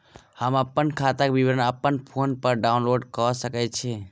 हम अप्पन खाताक विवरण अप्पन फोन पर डाउनलोड कऽ सकैत छी?